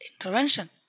intervention